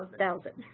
ah thousand.